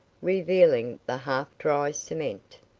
revealing the half-dry cement.